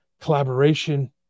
collaboration